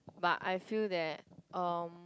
but I feel that um